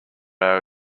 our